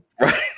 Right